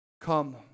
come